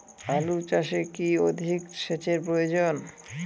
আলু চাষে কি অধিক সেচের প্রয়োজন?